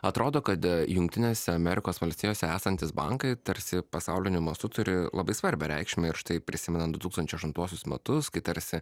atrodo kad jungtinėse amerikos valstijose esantys bankai tarsi pasauliniu mastu turi labai svarbią reikšmę ir štai prisimenant du tūkstančiai aštuntuosius metus kai tarsi